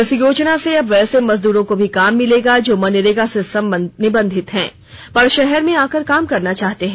इस योजना से अब वैसे मजदूरों को भी काम मिलेगा जो मनरेगा से भी निबंधित पर शहर में आकर काम करना चाहते हैं